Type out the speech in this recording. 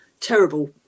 terrible